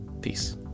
Peace